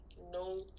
no